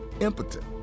impotent